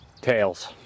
Tails